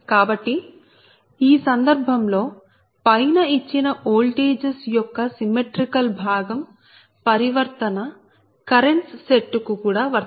కాబట్టి ఈ సందర్భంలో పైన ఇచ్చిన ఓల్టేజెస్ యొక్క సిమ్మెట్రీకల్ భాగం పరివర్తన కరెంట్స్ సెట్ కు కూడా వర్తింప చేయొచ్చు